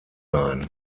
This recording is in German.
sein